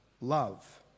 love